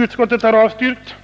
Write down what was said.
Utskottet har avstyrkt